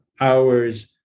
hours